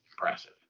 impressive